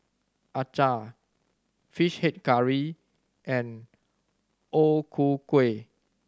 acar Fish Head Curry and O Ku Kueh